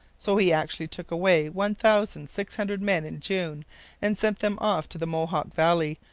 so he actually took away one thousand six hundred men in june and sent them off to the mohawk valley,